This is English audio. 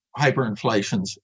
hyperinflations